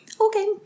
Okay